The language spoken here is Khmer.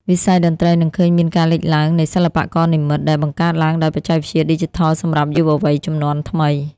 វិស័យតន្ត្រីនឹងឃើញមានការលេចឡើងនៃសិល្បករនិម្មិត ដែលបង្កើតឡើងដោយបច្ចេកវិទ្យាឌីជីថលសម្រាប់យុវវ័យជំនាន់ថ្មី។